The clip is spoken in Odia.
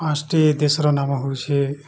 ପାଞ୍ଚଟି ଦେଶର ନାମ ହଉଛି